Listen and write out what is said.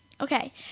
Okay